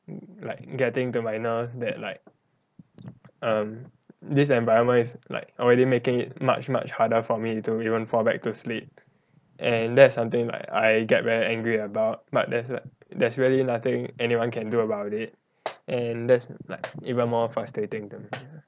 like getting to my nerves that like um this environment is like already making it much much harder for me to even fall back to sleep and that is something like I get very angry about but there's wha~ there's really nothing anyone can do about it and that's like even more frustrating to me